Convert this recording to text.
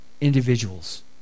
individuals